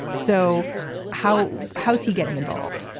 so how how's he getting involved?